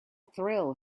thrill